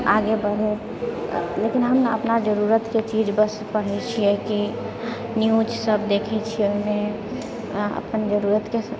आगे बढ़य लेकिन हम न अपना जरूरतके चीज बस पढ़ैत छियै की न्यूजसभ देखैत छियै ओहिमे आ अपन जरूरतके